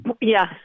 Yes